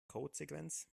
codesequenz